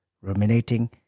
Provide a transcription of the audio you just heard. ruminating